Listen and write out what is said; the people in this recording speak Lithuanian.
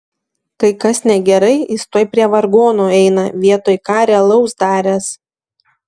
kai kas negerai jis tuoj prie vargonų eina vietoj ką realaus daręs